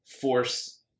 force